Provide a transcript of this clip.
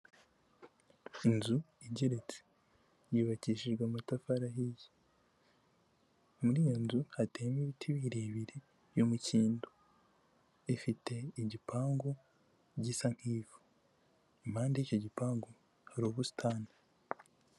Inzu igeretse yubakishijwe amatafari ahiye, muri iyo nzu hateyemo ibiti birebire by'umukindo, ifite igipangu gisa nk'ivu, impande y'icyo gipangu hari ubusitani.